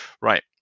Right